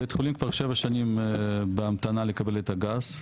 בית החולים כבר שבע שנים בהמתנה לקבל את הגז.